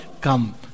come